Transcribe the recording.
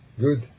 Good